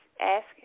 ask